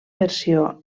versió